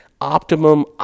Optimum